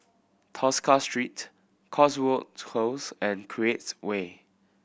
Tosca Street Cotswold Close and Create Way